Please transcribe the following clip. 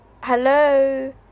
Hello